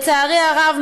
לצערי הרב,